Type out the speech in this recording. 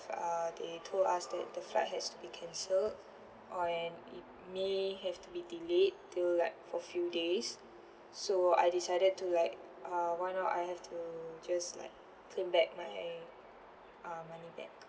uh they told us that the flight has to be cancelled or and may have to be delayed until like for few days so I decided to like uh why not I have to just like claim back uh my money back